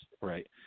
right